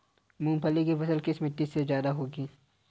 मूंगफली की फसल किस मिट्टी में ज्यादा होगी?